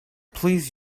please